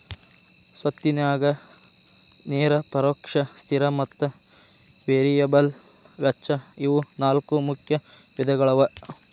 ಸ್ವತ್ತಿನ್ಯಾಗ ನೇರ ಪರೋಕ್ಷ ಸ್ಥಿರ ಮತ್ತ ವೇರಿಯಬಲ್ ವೆಚ್ಚ ಇವು ನಾಲ್ಕು ಮುಖ್ಯ ವಿಧಗಳವ